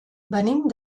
venim